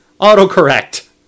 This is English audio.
Autocorrect